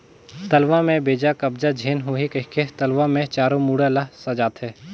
तलवा में बेजा कब्जा झेन होहि कहिके तलवा मे चारों मुड़ा ल सजाथें